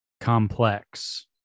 complex